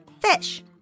fish